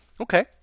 okay